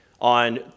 on